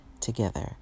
together